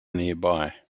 nearby